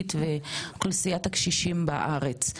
הסיעודית ואוכלוסיית הקשישים בארץ.